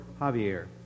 Javier